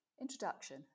Introduction